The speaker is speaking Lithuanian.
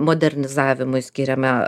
modernizavimui skiriame